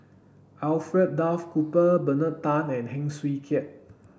Alfred Duff Cooper Bernard Tan and Heng Swee Keat